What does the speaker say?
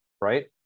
right